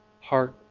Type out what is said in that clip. heart